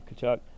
Kachuk